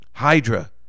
Hydra